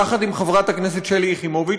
יחד עם חברת הכנסת שלי יחימוביץ,